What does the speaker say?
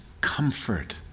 comfort